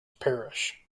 parish